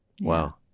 Wow